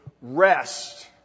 rest